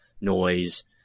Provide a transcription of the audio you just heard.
noise